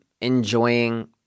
enjoying